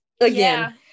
again